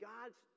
God's